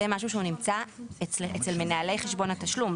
זה משהו שהוא נמצא אצל מנהלי חשבון התשלום,